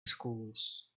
schools